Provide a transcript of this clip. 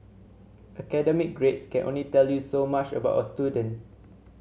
academic grades can only tell you so much about a student